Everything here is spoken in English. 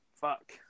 fuck